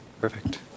Perfect